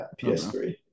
PS3